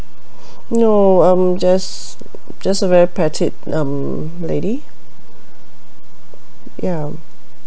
no um just just a very petite um lady ya